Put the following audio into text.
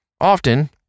Often